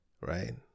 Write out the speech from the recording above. right